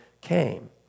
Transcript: came